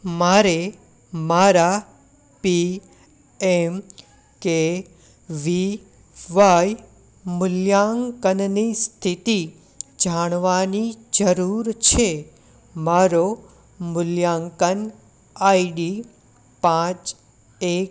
મારે મારા P M K V Y મૂલ્યાંકનની સ્થિતિ જાણવાની જરૂર છે મારો મૂલ્યાંકન આઈડી પાંચ એક